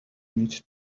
need